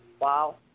Wow